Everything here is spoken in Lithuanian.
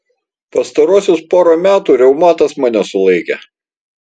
pastaruosius porą metų reumatas mane sulaikė